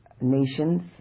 nations